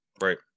Right